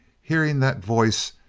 hearing that voice,